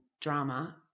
drama